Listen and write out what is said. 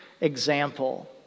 example